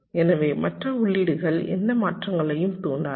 எனவே மற்ற உள்ளீடுகள் எந்த மாற்றங்களையும் தூண்டாது